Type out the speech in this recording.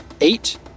Eight